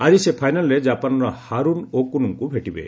ଆଜି ସେ ପାଇନାଲ୍ରେ ଜାପାନ୍ର ହାରୁନୁ ଓ କୁନୁଙ୍କୁ ଭେଟିବେ